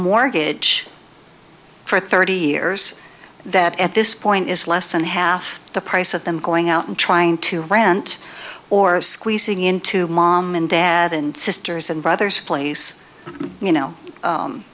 mortgage for thirty years that at this point is less than half the price of them going out and trying to rent or squeezing into mom and dad and sisters and brothers a place you know